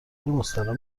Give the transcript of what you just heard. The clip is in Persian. مستراح